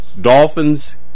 Dolphins